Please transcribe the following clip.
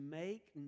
make